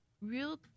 real